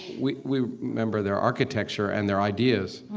we we remember their architecture and their ideas.